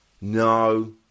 No